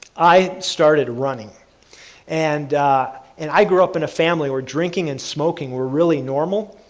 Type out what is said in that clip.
i started running and and i grew up in a family where drinking and smoking we're really normal,